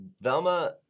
Velma